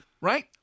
right